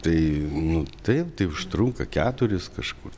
tai nu taip tai užtrunka keturis kažkur